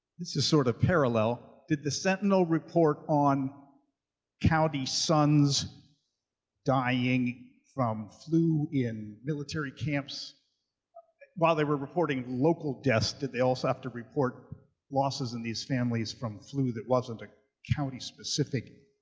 this is sort of parallel. did the sentinel report on county sons dying from flu in military camps while they were reporting local deaths, did they also have to report losses in these families from flu that wasn't a county specific